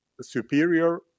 superior